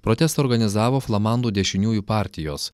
protestą organizavo flamandų dešiniųjų partijos